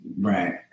Right